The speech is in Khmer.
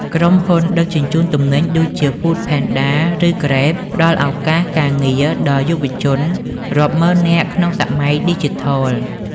ក្រុមហ៊ុន ដឹកជញ្ជូនទំនិញ ដូចជា Foodpanda ឬ Grab ផ្ដល់ឱកាសការងារដល់យុវជនរាប់ម៉ឺននាក់ក្នុងសម័យឌីជីថល។